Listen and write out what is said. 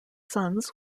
sons